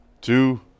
two